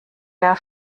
der